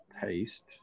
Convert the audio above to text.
Paste